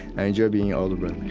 i enjoy being your older brother